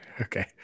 Okay